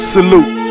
Salute